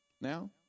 Now